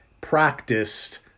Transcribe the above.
practiced